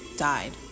died